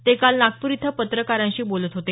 ते काल नागपूर इथं पत्रकारांशी बोलत होते